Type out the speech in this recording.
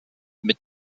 mit